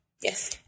Yes